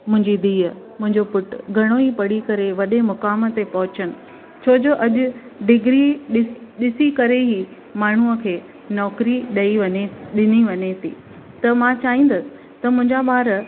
मुंहिंजी धीअ मुंहिंजो पुटु घणो ई पढ़ी करे वॾे मुक़ाम ते पहुचनि छोजो अॼु डिग्री ॾि ॾिसी करे ई माण्हूअ खे नौकिरी ॾेई वञे डिनी वञे थी त मां चाईंदसि त मुंहिंजा ॿारु